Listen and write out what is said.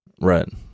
right